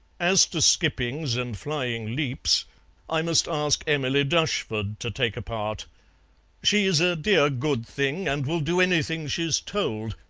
as to skippings and flying leaps i must ask emily dushford to take a part. she's a dear good thing, and will do anything she's told,